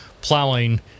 plowing